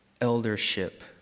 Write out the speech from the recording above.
eldership